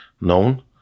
known